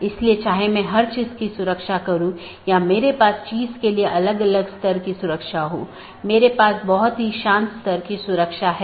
इसलिए हर कोई दुसरे को जानता है या हर कोई दूसरों से जुड़ा हुआ है